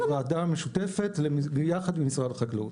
הוועדה המשותפת ביחד עם משרד החקלאות.